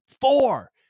Four